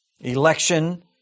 Election